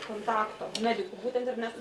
kontakto medikų būtent ir net